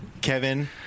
Kevin